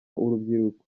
urubyiruko